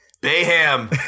Bayham